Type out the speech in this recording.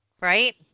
Right